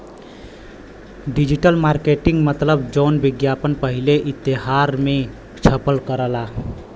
digital marketing मतलब जौन विज्ञापन पहिले इश्तेहार मे छपल करला